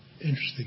interesting